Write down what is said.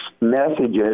messages